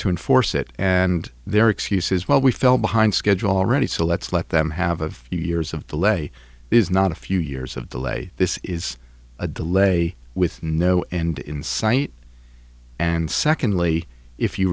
to enforce it and their excuses well we fell behind schedule already so let's let them have a few years of delay is not a few years of the way this is a delay with no end in sight and secondly if you